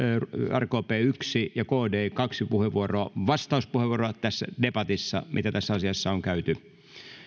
rkp yksi ja kd kaksi vastauspuheenvuoroa tässä debatissa mitä tässä asiassa on käyty